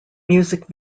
music